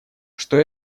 что